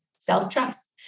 self-trust